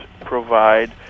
provide